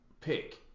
pick